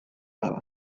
alaba